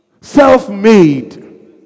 Self-made